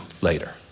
later